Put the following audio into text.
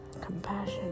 compassion